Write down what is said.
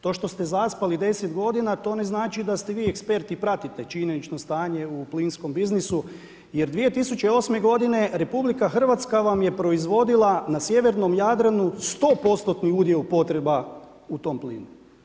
To što ste zaspali 10 godina to ne znači da ste vi ekspert i pratite činjenično stanje u plinskom biznisu, jer 2008. godine Republika Hrvatska vam je proizvodila na sjevernom Jadranu stopostotni udio potreba u tom plinu.